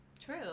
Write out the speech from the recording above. True